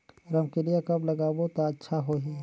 रमकेलिया कब लगाबो ता अच्छा होही?